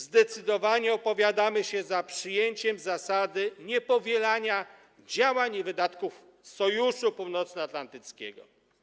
Zdecydowanie opowiadamy się za przyjęciem zasady niepowielania działań i wydatków Sojuszu Północnoatlantyckiego.